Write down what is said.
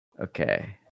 Okay